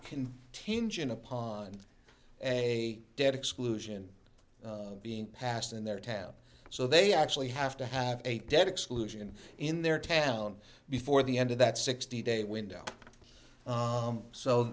can tinge in upon a dead exclusion being passed in their town so they actually have to have a dead exclusion in their town before the end of that sixty day window